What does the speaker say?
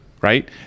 right